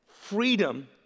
freedom